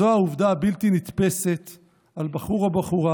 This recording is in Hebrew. זו העובדה הבלתי-נתפסת על בחור או בחורה